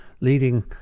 leading